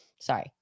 Sorry